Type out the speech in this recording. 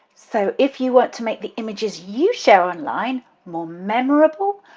so if you want to make the images you share online more memorable,